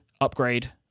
upgrade